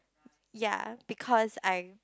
ya because I